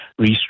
restructure